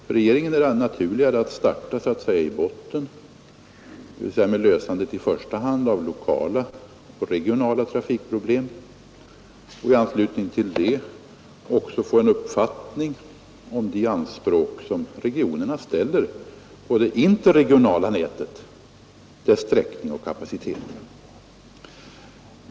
För regeringen är det naturligare att starta så att säga i botten, dvs. med lösandet i första hand av lokala och regionala trafikproblem och i anslutning till det också få en uppfattning om de anspråk som regionerna ställer på det interregionala nätets sträckning och kapacitet.